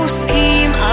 scheme